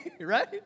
right